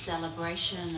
Celebration